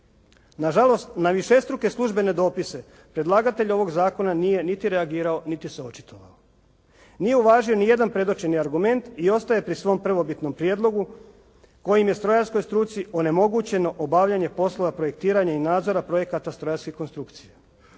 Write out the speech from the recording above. Na žalost na višestruke službene dopise predlagatelj ovog zakona nije niti reagirao, niti se očitovao. Nije uvažio nijedan predočeni argument i ostaje pri svom prvobitnom prijedlogu, kojim je strojarskoj struci onemogućeno obavljanje poslova projektiranja i nadzora projekata strojarske konstrukcije.